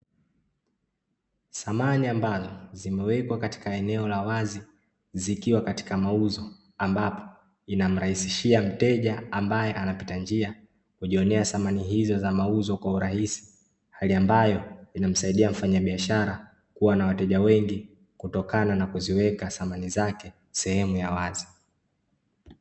Samani ambazo zimewekwa katika eneo la wazi zikiwa katika mauzo ambapo inamrahisishia mteja ambaye anapita njia kujionea samani hizo za mauzo kwa urahisi hali ambayo inamsaidia mfanyabiashara kuwa na wateja wengi kutokana nakuziweka samani zake sehemu ya wazi.